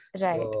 right